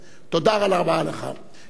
You are most welcome, Mr. President.